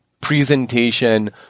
presentation